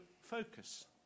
focus